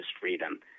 freedom –